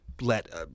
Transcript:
Let